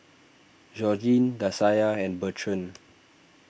Georgine Dasia and Bertrand